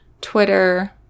Twitter